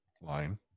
line